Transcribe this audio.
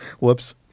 Whoops